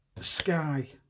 Sky